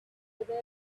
other